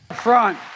Front